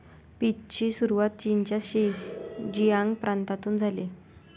पीचची सुरुवात चीनच्या शिनजियांग प्रांतातून झाली